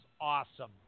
awesome